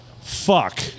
Fuck